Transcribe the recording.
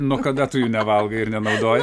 nuo kada tu jų nevalgai ir nenaudojai